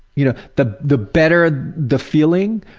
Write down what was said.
you know, the the better the feeling,